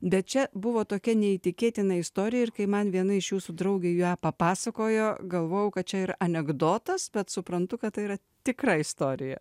bet čia buvo tokia neįtikėtina istorija ir kai man viena iš jūsų draugių ją papasakojo galvojau kad čia ir anekdotas bet suprantu kad tai yra tikra istorija